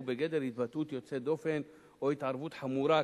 בגדר "התבטאות יוצאת דופן" או "התערבות חמורה",